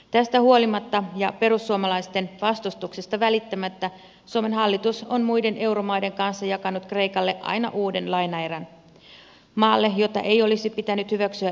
tästä huolimatta ja perussuomalaisten vastustuksesta välittämättä suomen hallitus on muiden euromaiden kanssa jakanut kreikalle aina uuden lainaerän maalle jota ei olisi pitänyt hyväksyä euroon